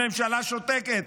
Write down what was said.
הממשלה שותקת